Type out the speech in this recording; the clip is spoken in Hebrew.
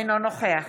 אינו נוכח